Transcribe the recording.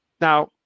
Now